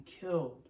killed